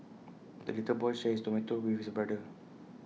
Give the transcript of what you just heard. the little boy shared his tomato with his brother